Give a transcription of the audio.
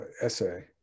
essay